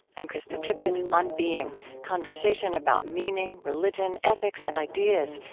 i'm krista tippett, on being conversation about meaning, religion, ethics, and ideas.